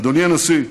אדוני הנשיא,